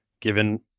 given